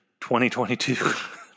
2022